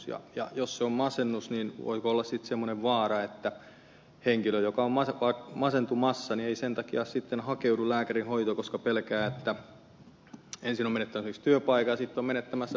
jos se on masennus voiko olla semmoinen vaara että henkilö joka on masentumassa ei sen takia hakeudu lääkärin hoitoon että pelkää että kun ensin on menettänyt esimerkiksi työpaikan on sitten menettämässä pian harrastuksensakin